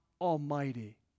Almighty